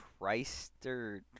Trister